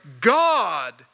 God